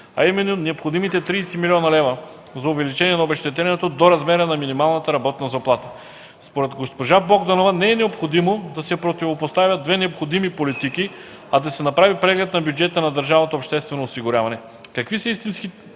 а именно необходимите 30 млн. лв. за увеличение на обезщетението до размера на минималната работна заплата. Според госпожа Богданова не е необходимо да се противопоставят две необходими политики, а да се направи преглед на бюджета на държавното обществено осигуряване – какви са истинските